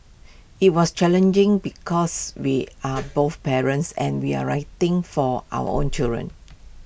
IT was challenging because we are both parents and we're writing for our own children